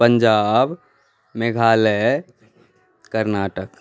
Punjab Meghalaya Karnataka